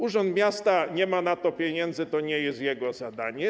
Urząd miasta nie ma na to pieniędzy, to nie jest jego zadanie.